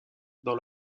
dans